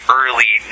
early